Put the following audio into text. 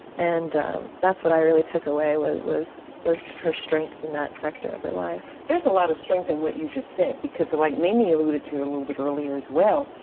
and that's what i really took away was was her strength in that sector of her life. there's a lot of strength in what you just said because like mamie alluded to a little bit earlier as well,